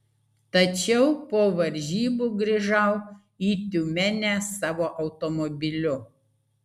tačiau po varžybų grįžau į tiumenę savo automobiliu